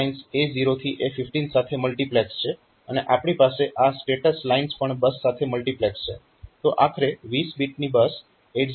તે lines A0 થી A15 સાથે મલ્ટીપ્લેક્સડ છે અને આપણી પાસે આ સ્ટેટસ લાઇન્સ પણ બસ સાથે મલ્ટીપ્લેક્સડ છે